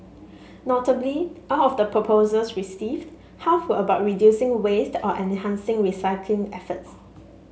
notably out of the proposals received half were about reducing waste or enhancing recycling efforts